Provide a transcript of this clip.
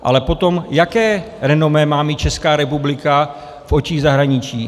Ale potom, jaké renomé má mít Česká republika v očích zahraničí?